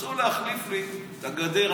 רצו להחליף לי את הגדר,